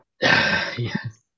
Yes